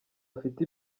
afite